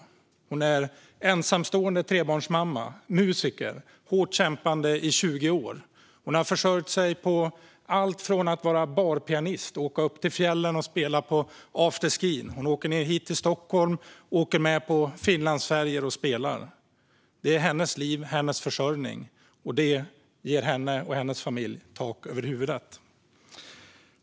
Hon är ensamstående trebarnsmamma och musiker som har kämpat hårt i 20 år. Hon har försörjt sig på allt från att vara barpianist och åka upp till fjällen och spela på afterski till att åka ned hit till Stockholm för att åka med på Finlandsfärjor och spela. Det är hennes liv och hennes försörjning, och det ger henne och hennes familj tak över huvudet.